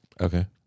okay